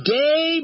day